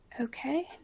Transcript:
Okay